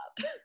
up